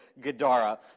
Gadara